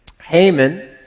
Haman